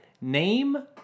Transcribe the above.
Name